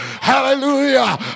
hallelujah